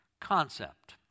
concept